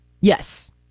Yes